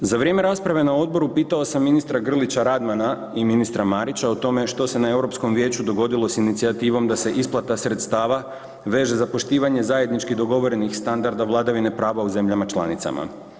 Za vrijeme rasprave na odboru pitao sam ministra Grlića Radmana i ministra Marića o tome što se na Europskom vijeću dogodilo sa inicijativom da se isplata sredstava veže za poštivanje zajednički dogovorenih standarda vladavine prava u zemljama članicama.